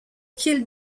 qu’il